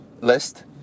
list